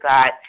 God